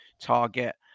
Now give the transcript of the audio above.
target